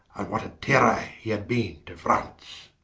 what a terror he had beene to france.